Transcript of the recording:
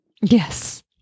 Yes